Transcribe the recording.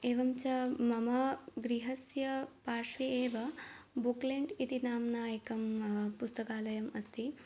एवञ्च मम गृहस्य पार्श्वे एव बुक्लेण्ड् इति नाम्ना एकः पुस्तकालयः अस्ति